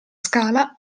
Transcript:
scala